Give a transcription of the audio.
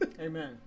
Amen